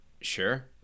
Sure